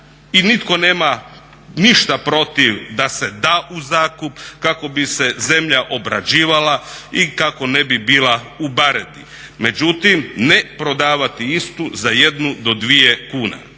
i nitko nema ništa protiv da se da u zakup kako bi se zemlja obrađivala i kako ne bi bila u baredi. Međutim, ne prodavati istu za 1 do 2 kune,